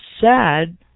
sad